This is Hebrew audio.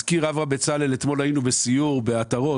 הזכיר אברהם בצלאל, אתמול היינו בסיור בעטרות,